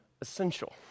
essential